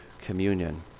communion